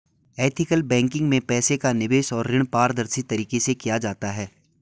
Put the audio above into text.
ethical banking में पैसे का निवेश और ऋण पारदर्शी तरीके से किया जाता है